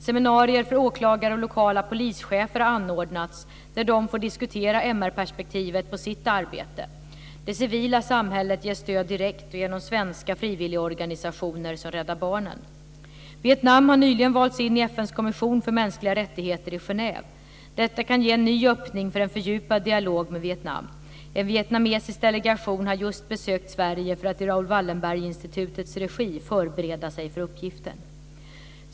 Seminarier för åklagare och lokala polischefer har anordnats där de får diskutera MR perspektivet på sitt arbete. Det civila samhället ges stöd direkt och genom svenska frivilligorganisationer som Rädda Barnen. Vietnam har nyligen valts in i FN:s kommission för mänskliga rättigheter i Genève. Detta kan ge en ny öppning för en fördjupad dialog med Vietnam. En vietnamesisk delegation har just besökt Sverige för att i Raoul Wallenberg-institutets regi förbereda sig för uppgiften.